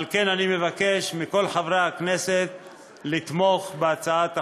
על כן אני מבקש מכל חברי הכנסת לתמוך בהצעת החוק.